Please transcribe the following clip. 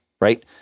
right